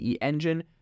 engine